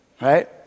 right